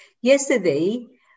Yesterday